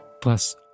plus